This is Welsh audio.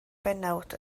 bennawd